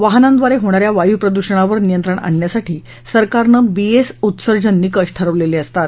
वाहनांव्दारे होणा या वायू प्रदूषणावर नियंत्रण आण्यासाठी सरकारनं बीएस उत्सर्जन निकष ठरवलेले असतात